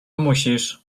musisz